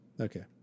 Okay